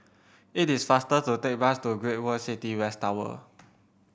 it is faster to take a bus to Great World City West Tower